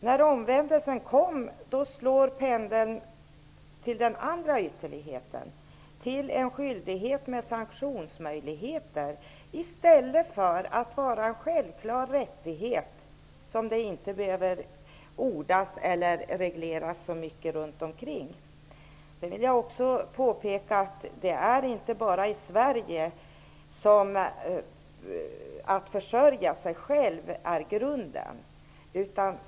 När omvändelsen kommer slår pendeln över till den andra ytterligheten, dvs. till en skyldighet med sanktionsmöjligheter. I stället borde det vara fråga om en självklar rättighet som det inte behöver ordas om eller regleras. Jag vill påpeka att det inte är bara i Sverige som man anser att det är grundläggande att försörja sig själv.